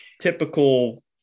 typical